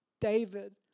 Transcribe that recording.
David